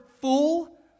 fool